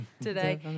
today